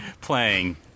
playing